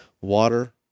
Water